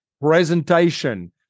presentation